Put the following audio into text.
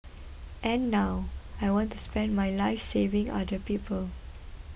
and now I want to spend my life saving other people